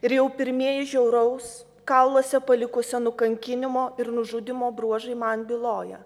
ir jau pirmieji žiauraus kauluose palikusio nukankinimo ir nužudymo bruožai man byloja